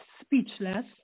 speechless